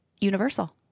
universal